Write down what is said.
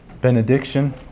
benediction